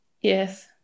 Yes